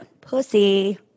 Pussy